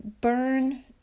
burn